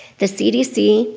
the cdc,